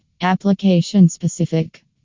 Application-specific